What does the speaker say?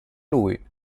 lui